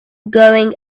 going